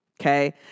Okay